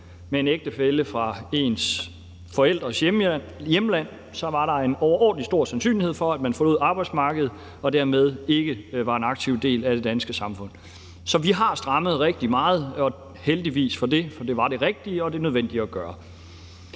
med en ægtefælle fra deres forældres hjemland, en ordentlig stor sandsynlighed for, at de forlod arbejdsmarkedet og dermed ikke var en aktiv del af det danske samfund. Så vi har strammet rigtig meget og heldigvis for det, for det var det rigtige og det nødvendige at gøre,